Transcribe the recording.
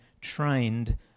trained